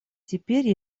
теперь